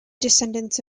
descendants